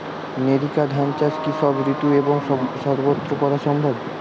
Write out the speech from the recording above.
NERICA ধান চাষ কি সব ঋতু এবং সবত্র করা সম্ভব?